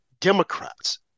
Democrats